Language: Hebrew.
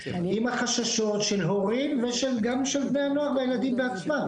עם החששות של ההורים וגם של בני הנוער והילדים בעצמם.